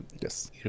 Yes